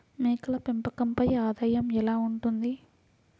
మేకల పెంపకంపై ఆదాయం ఎలా ఉంటుంది?